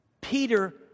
Peter